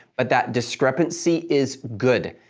but that discrepancy is good.